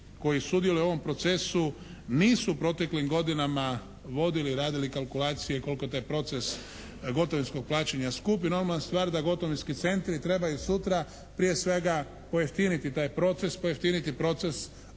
koji sudjeluju u ovom procesu nisu u proteklim godinama vodili, radili kalkulacije koliko je taj proces gotovinskog plaćanja skup i normalna stvar da gotovinski centri trebaju sutra prije svega pojeftiniti taj proces, pojeftiniti proces